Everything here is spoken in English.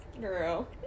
Girl